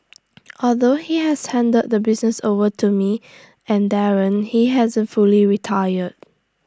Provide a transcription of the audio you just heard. although he has handed the business over to me and Darren he hasn't fully retired